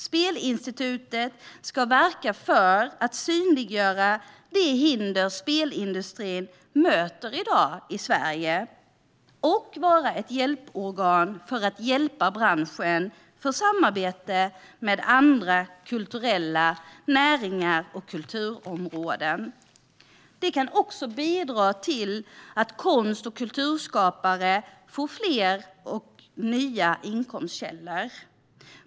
Spelinstitutet ska verka för att synliggöra de hinder spelindustrin i dag möter i Sverige och vara ett hjälporgan för att hjälpa branschen för samarbete med andra kulturella näringar och kulturområden. Det kan också bidra till att konst och kulturskapare får fler och nya inkomstkällor.